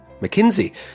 McKinsey